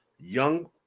young